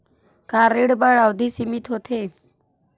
का ऋण बर अवधि सीमित होथे?